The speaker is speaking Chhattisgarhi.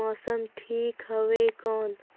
मौसम ठीक हवे कौन?